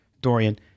Dorian